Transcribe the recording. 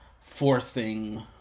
forcing